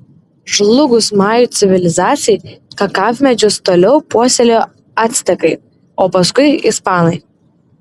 žlugus majų civilizacijai kakavmedžius toliau puoselėjo actekai o paskui ispanai